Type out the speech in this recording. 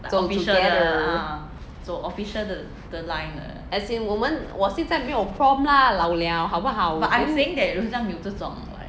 走 together as in 我们我现在没有 prom lah 老 liao 好不好